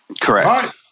Correct